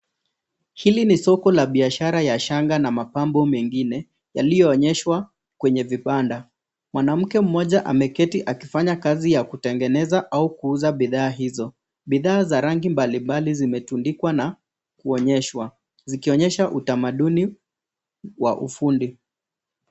HIli ni soko la biashara ya shanga na mapambo mengine yaliyoonyeshwa kwenye vibanda. Mwanamke mmoja ameketi akifanya kazi ya kutengeneza au kuuza bidhaa hizo. BIdhaa za rangi mbalimbali zimetundikwa na kuonyesha, zikionyesha utamaduni wa ufundi.